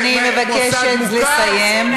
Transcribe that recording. אני מבקשת לסיים.